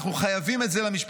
אנחנו חייבים את זה למשפחותיהם,